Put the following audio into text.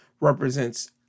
represents